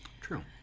True